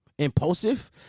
Impulsive